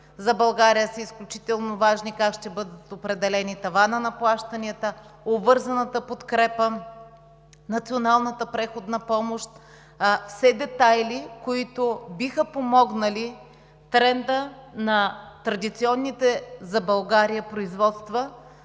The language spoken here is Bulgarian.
За България е изключително важно как ще бъде определен таванът на плащанията, обвързаната подкрепа, националната преходна помощ – все детайли, които биха помогнали трендът на традиционните за страната ни производства